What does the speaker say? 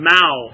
Mao